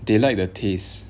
they like the taste